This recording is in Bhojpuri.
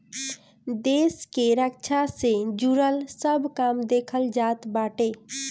देस के रक्षा से जुड़ल सब काम देखल जात बाटे